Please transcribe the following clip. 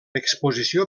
exposició